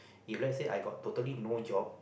if let's say I got totally no job